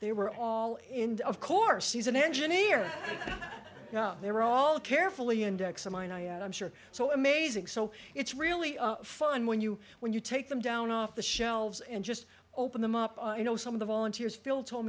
they were all in the of course he's an engineer now they're all carefully index of mine i am sure so amazing so it's really fun when you when you take them down off the shelves and just open them up you know some of the volunteers fill told